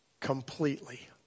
Completely